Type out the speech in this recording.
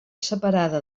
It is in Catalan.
separada